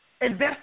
Invest